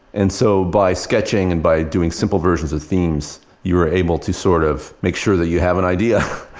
and so by sketching and by doing simple versions of themes, you're able to sort of make sure that you have an idea.